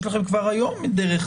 יש לכם כבר היום דרך